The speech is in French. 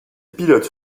pilotes